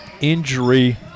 injury